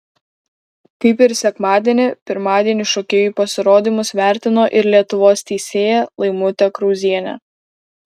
kaip ir sekmadienį pirmadienį šokėjų pasirodymus vertino ir lietuvos teisėja laimutė krauzienė